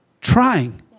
trying